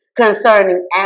concerning